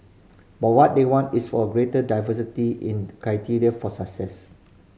but what they want is for a greater diversity in criteria for success